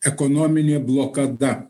ekonominė blokada